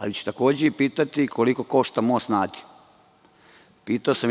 ali ću takođe i pitati koliko košta most na Adi? Pitao sam